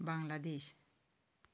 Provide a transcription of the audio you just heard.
Bangladesh